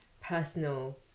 personal